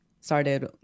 started